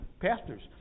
pastors